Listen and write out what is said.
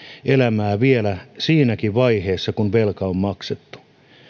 elämää vielä siinäkin vaiheessa kun velka on maksettu